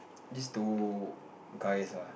these two guys ah